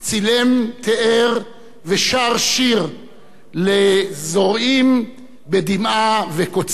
תיאר ושר שיר לזורעים בדמעה וקוצרים ברינה,